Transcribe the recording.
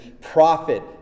prophet